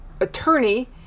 attorney